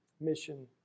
mission